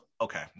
okay